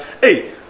hey